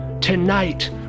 Tonight